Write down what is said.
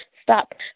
Stop